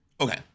okay